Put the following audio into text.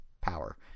power